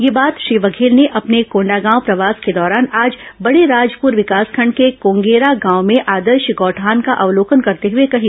यह बात श्री बघेल ने अपने कोंडगांव प्रवास के दौरान आज बडेराजपुर विकासखंड के कोंगेरा गांव में आदर्श गौठान का अवलोकन करते हुए कही